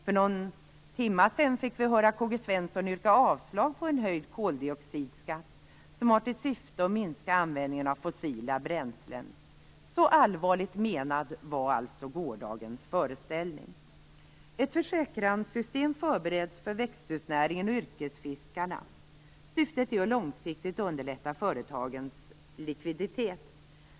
För någon timme sedan fick vi höra K-G Svenson yrka avslag på en höjd koldioxidskatt som har till syfte att minska användningen av fossila bränslen. Så allvarligt menad var alltså gårdagens föreställning! Ett försäkranssystem förbereds för växthusnäringen och yrkesfiskarna. Syftet är att långsiktigt underlätta företagens likviditet.